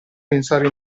pensare